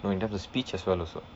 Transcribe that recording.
no in terms of speech as well also